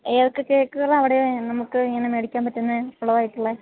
ഏതൊക്കെ കേക്കുകളാണ് അവിടെ നമുക്ക് ഇങ്ങനെ മേടിക്കാൻ പറ്റുന്നത് ഫ്ലോ ആയിട്ടുള്ളത്